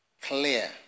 clear